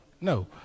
No